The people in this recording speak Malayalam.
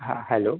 ആ ഹലോ